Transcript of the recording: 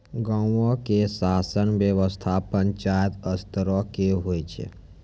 गांवो के शासन व्यवस्था पंचायत स्तरो के होय छै